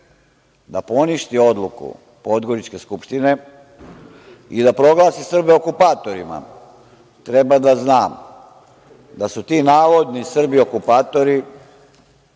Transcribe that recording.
da poništi odluku Podgoričke skupštine i da proglasi Srbe okupatorima, treba da zna da su ti navodni Srbi okupatori,